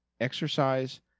exercise